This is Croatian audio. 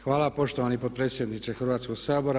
Hvala poštovani potpredsjedniče Hrvatskoga sabora.